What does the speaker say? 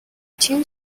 two